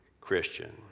Christian